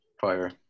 Fire